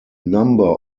number